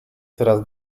coraz